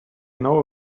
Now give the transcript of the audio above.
know